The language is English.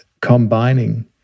combining